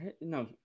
no